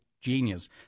genius